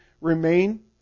remain